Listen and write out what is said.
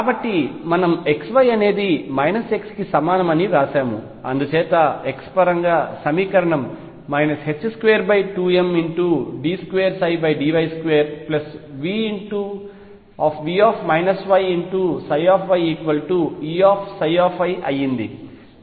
కాబట్టి మనము x y అనేది x కి సమానం అని వ్రాశాము అందుచేత x పరంగా సమీకరణం మైనస్ 22md2dy2V yyEψy అయింది